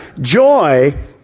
Joy